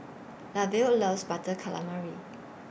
Lavelle loves Butter Calamari